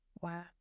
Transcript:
Wow